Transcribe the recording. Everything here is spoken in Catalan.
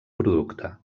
producte